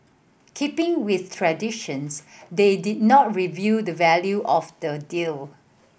keeping with traditions they did not reveal the value of the deal